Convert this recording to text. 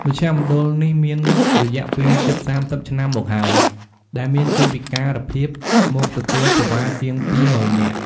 មជ្ឈមណ្ឌលនេះមានរយៈពេលជិត៣០ឆ្នាំមកហើយ ដែលមានជនពិការភាពមកទទួលសេវាជាង២មុឺននាក់។